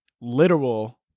literal